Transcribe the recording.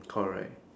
correct